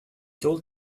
told